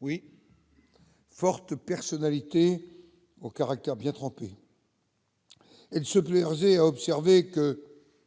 Oui, forte personnalité, au caractère bien trempé. Elle se faisait observer que